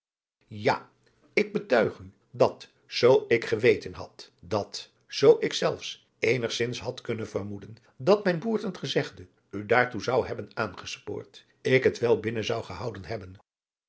ik betuig u dat zoo ik geweten had dat zoo ik zelfs eenigzins had kunnen vermoeden dat mijn boertend gezegde u daartoe zou hebben aangespoord ik het wel binnen zou gehouden hebben